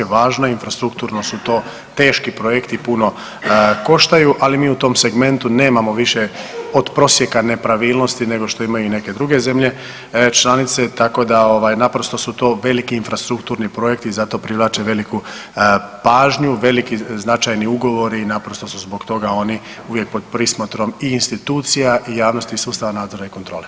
Važno infrastrukturno su to teški projekti, puno koštaju ali mi u tom segmentu nemamo više od prosjeka nepravilnosti nego što imaju neke druge zemlje članice, tako da naprosto su to veliki infrastrukturni projekti i zato privlače veliku pažnju, veliki značajni ugovori i naprosto su zbog toga oni uvijek pod prismotrom i institucija i javnosti i sustava nadzora i kontrole.